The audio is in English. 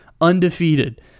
Undefeated